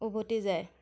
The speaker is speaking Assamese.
উভতি যায়